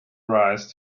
rise